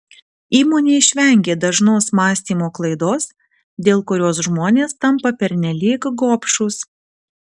įmonė išvengė dažnos mąstymo klaidos dėl kurios žmonės tampa pernelyg gobšūs